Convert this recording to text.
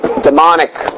demonic